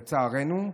לצערנו,